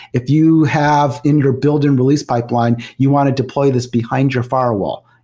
if you have in your build and release pipeline, you want to deploy this behind your f irewall,